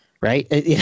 right